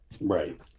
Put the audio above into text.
right